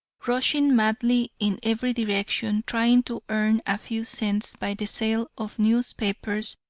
rushing madly in every direction, trying to earn a few cents by the sale of newspapers,